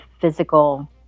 physical